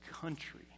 country